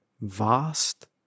vast